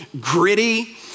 gritty